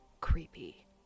creepy